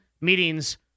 meetings